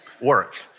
work